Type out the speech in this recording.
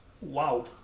Wow